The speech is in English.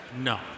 No